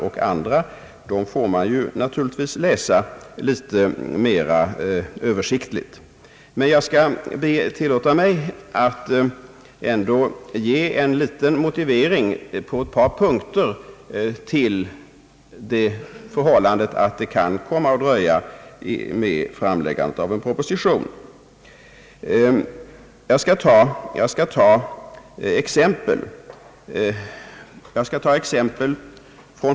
Andra propositioner får man naturligtvis läsa översiktligt. Men jag skall ändå tillåta mig att på ett par punkter ge en liten motivering till det förhållandet att överlämnandet av en proposition kan komma att dröja. Jag tar några exempel.